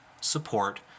support